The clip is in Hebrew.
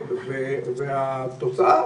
התוצאה